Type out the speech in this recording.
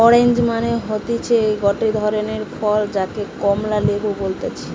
orange মানে হতিছে গটে ধরণের ফল যাকে কমলা লেবু বলতিছে